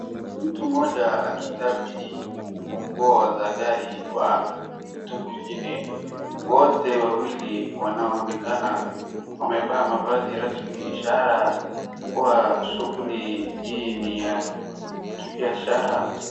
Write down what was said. Mtu mmoja aki kabidhi funguo za gari kwa mtu mwingine. Wote wawili wanaonekana wamevaa mavazi rasmi ishara kuwa shughuli hii ni ya kibiashara.